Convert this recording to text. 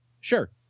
Sure